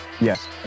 Yes